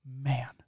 man